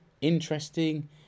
interesting